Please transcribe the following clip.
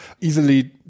easily